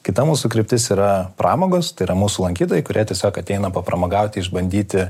kita mūsų kryptis yra pramogos tai yra mūsų lankytojai kurie tiesiog ateina papramogauti išbandyti